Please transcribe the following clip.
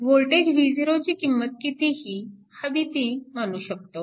voltage V0 ची किंमत कितीही हवी ती मानू शकतो